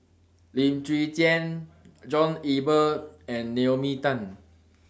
Lim Chwee Chian John Eber and Naomi Tan